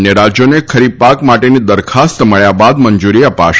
અન્ય રાશ્યોને ખરીફ પાક માટેની દરખાસ્ત મબ્યા બાદ મંજુરી અપાશે